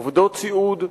עובדות סיעוד,